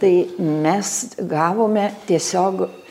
tai mes gavome tiesiog